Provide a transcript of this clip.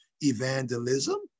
evangelism